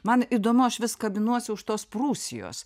man įdomu aš vis kabinuosi už tos prūsijos